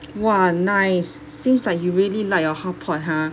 !wah! nice seems like you really like your hotpot ha